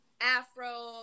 afro